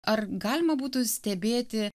ar galima būtų stebėti